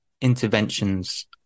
interventions